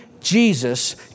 Jesus